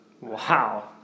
Wow